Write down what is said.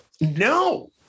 No